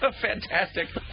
Fantastic